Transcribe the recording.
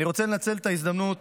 אני רוצה לנצל את ההזדמנות